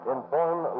Inform